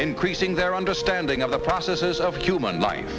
increasing their understanding of the processes of human life